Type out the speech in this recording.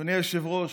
אדוני היושב-ראש,